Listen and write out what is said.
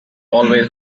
always